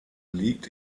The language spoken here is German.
liegt